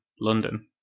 London